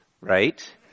right